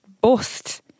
bust